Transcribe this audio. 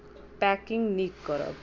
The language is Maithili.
पैकिंग नीक करब